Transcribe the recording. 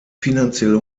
finanzielle